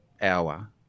hour